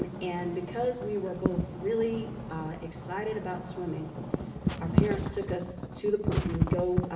um and because we were both really excited about swimming our parents took us to the pool. we would go,